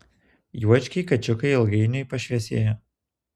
juočkiai kačiukai ilgainiui pašviesėjo